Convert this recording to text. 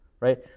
right